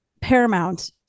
paramount